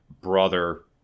brother